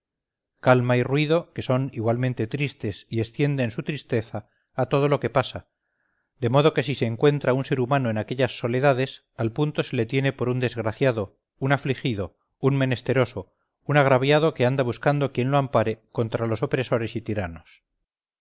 calma y ruido que son igualmente tristes y extienden su tristeza a todo lo que pasa de modo que si se encuentra un ser humano en aquellas soledades al punto se le tiene por un desgraciado un afligido un menesteroso un agraviado que anda buscando quien lo ampare contra los opresores y tiranos